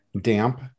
damp